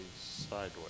sideways